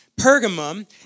Pergamum